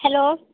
hello